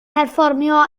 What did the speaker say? perfformio